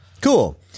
Cool